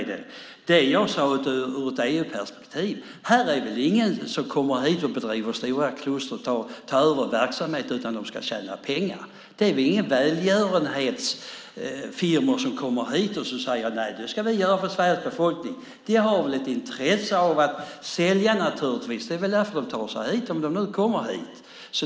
Det jag sade om ett EU-perspektiv handlar om att ingen kommer hit och skapar stora kluster, tar över verksamheter, utan för att tjäna pengar. Det är inga välgörenhetsfirmor som kommer hit och säger att de ska göra detta för Sveriges befolkning. De har naturligtvis ett intresse av att sälja. Det är därför de i så fall kommer hit.